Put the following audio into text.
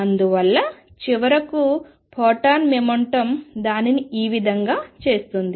అందువల్ల చివరకు photon momentum దానిని ఈ విధంగా చేస్తుంది